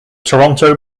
toronto